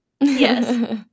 Yes